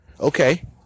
Okay